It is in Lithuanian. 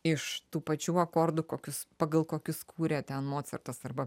iš tų pačių akordų kokius pagal kokius kūrė ten mocartas arba